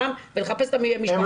בין שש לשבע.